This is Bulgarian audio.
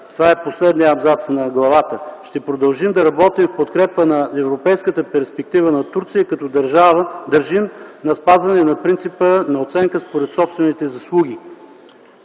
това е последният абзац на главата: „Ще продължим да работим в подкрепа на европейската перспектива на Турция като държим на спазване на принципа на оценка според собствените заслуги”.